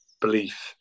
belief